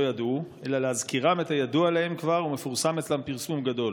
ידעו אלא להזכירם את הידוע להם כבר ומפורסם אצלם פרסום גדול.